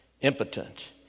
impotent